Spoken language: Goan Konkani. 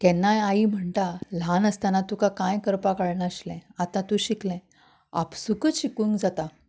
केन्नाय आई म्हणटा ल्हान आसतना तुका कांय करपा कळनाशिल्ले आता तूं शिकलें आपसुकूक शिकूंक जाता